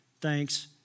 Thanks